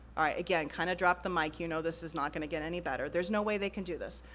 all right, again, kinda dropped the mic, you know this is not gonna get any better. there's no way they can do this.